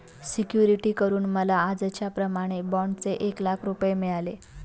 security करून मला आजच्याप्रमाणे बाँडचे एक लाख रुपये मिळाले